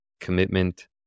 commitment